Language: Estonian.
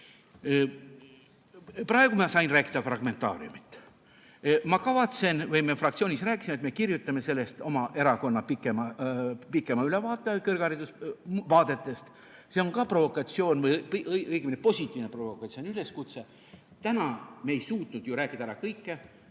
Praegu ma sain rääkida fragmentaariumit. Me fraktsioonis rääkisime, et me kirjutame oma erakonna pikema ülevaate kõrgharidusvaadetest. See on provokatsioon või õigemini positiivne provokatsioon, üleskutse. Täna me ei suutnud ju rääkida ära kõike.